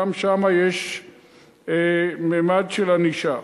יש שם גם ממד של ענישה.